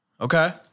Okay